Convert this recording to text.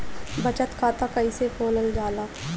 बचत खाता कइसे खोलल जाला?